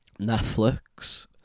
netflix